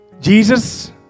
Jesus